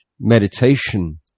meditation